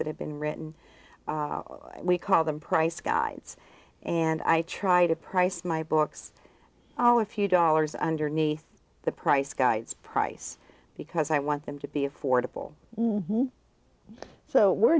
that have been written we call them price guides and i try to price my books oh a few dollars underneath the price guides price because i want them to be affordable so where